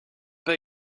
pas